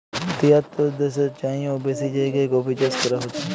তিয়াত্তর দ্যাশের চাইয়েও বেশি জায়গায় কফি চাষ ক্যরা হছে